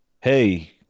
hey